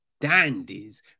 dandies